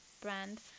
brand